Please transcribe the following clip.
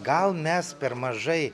gal mes per mažai